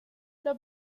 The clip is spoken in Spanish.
los